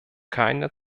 keine